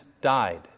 died